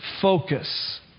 focus